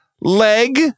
leg